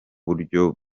buryo